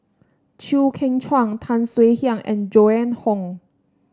Chew Kheng Chuan Tan Swie Hian and Joan Hon